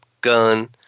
gun